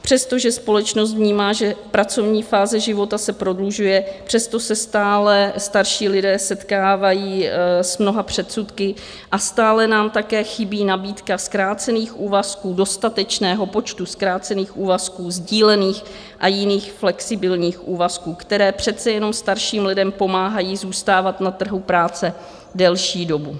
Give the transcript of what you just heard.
Přestože společnost vnímá, že pracovní fáze života se prodlužuje, přesto se stále starší lidé setkávají s mnoha předsudky a stále nám také chybí nabídka zkrácených úvazků, dostatečného počtu zkrácených úvazků, sdílených a jiných flexibilních úvazků, které přece jenom starším lidem pomáhají zůstávat na trhu práce delší dobu.